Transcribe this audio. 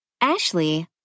Ashley